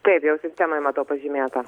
taip jau sistemoj matau pažymėta